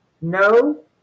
no